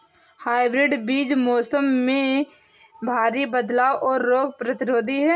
hybrid बीज मौसम में भारी बदलाव और रोग प्रतिरोधी हैं